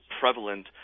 prevalent